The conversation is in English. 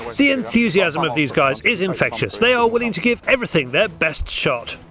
the enthusiasm of these guys is infectious. they are willing to give everything their best shot.